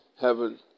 heaven